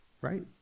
right